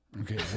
Okay